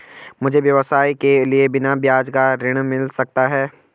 मुझे व्यवसाय के लिए बिना ब्याज का ऋण मिल सकता है?